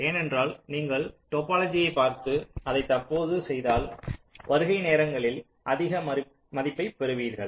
ஏனென்றால் நீங்கள் டோபோலொஜியைப் பார்த்து அதை தற்பொழுது செய்தால் வருகை நேரங்களில் அதிக மதிப்பை பெறுவீர்கள்